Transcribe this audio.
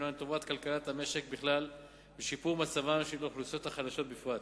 הם לטובת כלכלת המשק בכלל ולשיפור מצבן של האוכלוסיות החלשות בפרט.